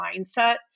mindset